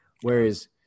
Whereas